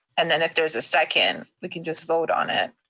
and then if there's a second, we can just vote on it.